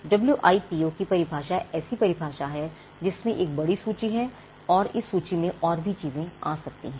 W I P O की परिभाषा ऐसी परिभाषा है जिसमें एक बड़ी सूची है और इस सूची में और भी चीज़ें आ सकती हैं